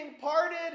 parted